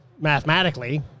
mathematically